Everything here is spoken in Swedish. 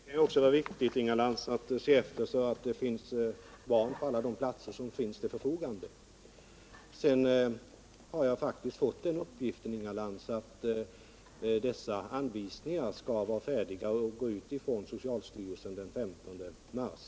Herr talman! Det är också viktigt, Inga Lantz, att se efter att det finns barn på alla de platser som står till förfogande. Sedan har jag fått den uppgiften att dessa anvisningar skall gå ut från socialstyrelsen den 15 mars.